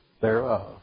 thereof